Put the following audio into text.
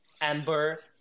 Amber